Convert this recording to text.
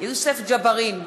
יוסף ג'בארין,